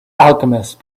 alchemist